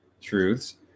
Truths